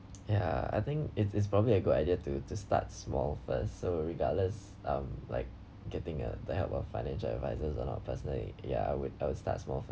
ya I think it is probably a good idea to to start small first so regardless um like getting a the help of financial advisers or not personally ya I would I would start small first